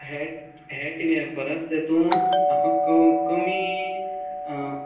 हेर हेर टिवीया परस तेंतूत आमकां क कमी